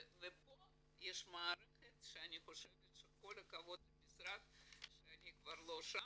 ופה יש מערכת שאני חושבת שכל הכבוד למשרד שאני כבר לא שם,